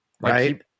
right